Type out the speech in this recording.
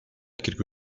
quelque